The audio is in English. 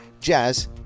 jazz